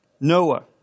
Noah